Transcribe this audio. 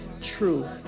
true